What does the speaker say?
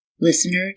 Listener